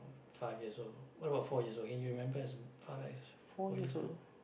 five years old what about four years old can you remember as far back as four years old